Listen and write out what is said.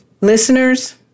Listeners